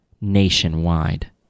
nationwide